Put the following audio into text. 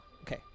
Okay